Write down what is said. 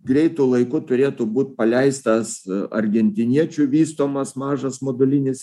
greitu laiku turėtų būt paleistas argentiniečių vystomas mažas modulinis